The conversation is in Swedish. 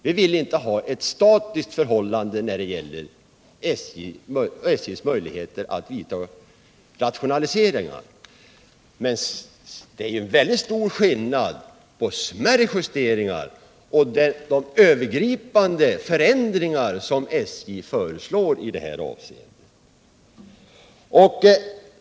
Vi vill inte ha en statisk situation när det gäller SJ:s möjligheter att vidta rationaliseringar. Men det är en väldigt stor skillnad mellan smärre justeringar och de övergripande förändringar som SJ föreslår i det här avseendet.